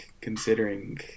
considering